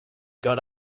got